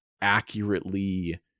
accurately